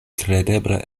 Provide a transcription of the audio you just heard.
kredeble